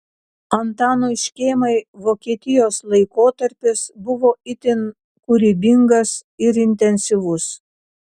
antanui škėmai vokietijos laikotarpis buvo itin kūrybingas ir intensyvus